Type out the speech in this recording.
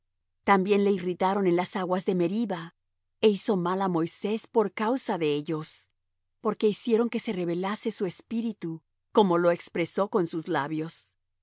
también le irritaron en las aguas de meriba e hizo mal á moisés por causa de ellos porque hicieron se rebelase su espíritu como lo expresó con sus labios